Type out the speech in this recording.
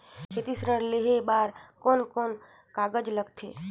खेती ऋण लेहे बार कोन कोन कागज लगथे?